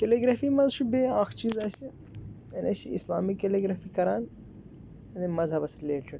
calligraphy منٛز چھُ بیٚیہِ اَکھ چیٖز اَسہِ یعنی أسۍ چھِ اِسلامِک کیلیٖگرٛافی کران یعنی مذہبَس رِلیٹِڈ